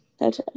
Okay